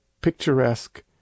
picturesque